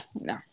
no